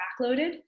backloaded